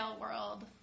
world